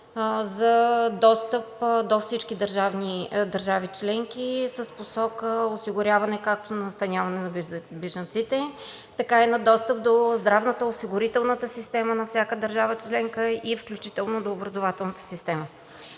за достъп до всички държави членки с посока осигуряване както на настаняване на бежанците, така и на достъп до здравната, осигурителната система на всяка държава членка и включително до образователната система.